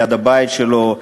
ליד הבית שלו,